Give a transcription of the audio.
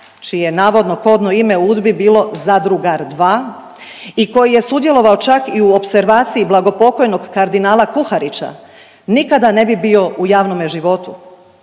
je navodno kodno ime u UDBI bilo Zadrugar dva i koji je sudjelovao čak i u opservaciji blagopokojnog kardinala Kuharića nikada ne bi bio u javnome životu.